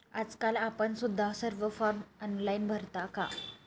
आजकाल आपण सुद्धा सर्व फॉर्म ऑनलाइन भरता का?